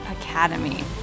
Academy